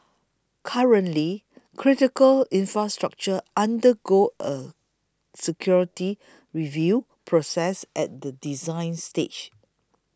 currently critical infrastructure undergo a security review process at the design stage